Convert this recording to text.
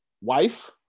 wife